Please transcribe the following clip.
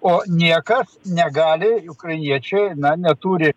o niekas negali ukrainiečiai neturi